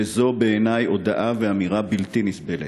וזו בעיני הודאה ואמירה בלתי נסבלת.